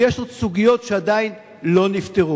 ויש עוד סוגיות שעדיין לא נפתרו.